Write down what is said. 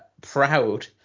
proud